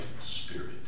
spirit